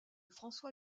françois